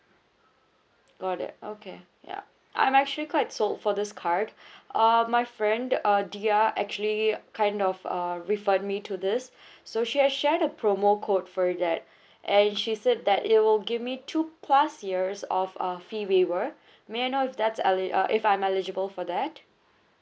got it okay ya I'm actually quite sold for this card uh my friend uh they're actually kind of uh referred me to this so she had shared the promo code for that and she said that it will give me two plus years of uh fee waiver may I know if that's eli~ uh if I'm eligible for that